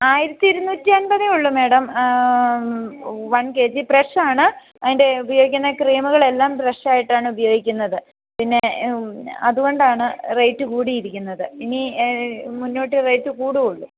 ആയിരത്തി ഇരുനൂറ്റി അൻപത് ഉള്ളൂ മാഡം വൺ കെ ജി ഫ്രഷാണ് അതിൻ്റെ ഉപയോഗിക്കുന്ന ക്രീമുകൾ എല്ലാം ഫ്രഷായിട്ടാണ് ഉപയോഗിക്കുന്നത് പിന്നെ അതുകൊണ്ടാണ് റേറ്റ് കൂടിയിരിക്കുന്നത് ഇനി മുന്നോട്ട് റേറ്റ് കൂടുകയെ ഉള്ളൂ